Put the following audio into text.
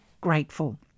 grateful